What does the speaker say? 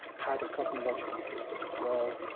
had a cosmological system as well.